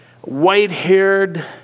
white-haired